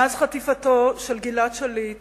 מאז חטיפתו של גלעד שליט